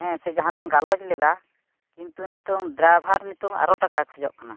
ᱦᱮᱸ ᱥᱮ ᱡᱟᱦᱟᱸᱞᱟᱝ ᱜᱟᱞᱚᱪᱞᱮᱫᱟ ᱠᱤᱱᱛᱩ ᱱᱤᱛᱚᱝ ᱰᱨᱟᱭᱵᱷᱟᱨ ᱱᱤᱛᱚᱝ ᱟᱨᱚ ᱴᱟᱠᱟᱭ ᱠᱷᱚᱡᱚᱜ ᱠᱟᱱᱟ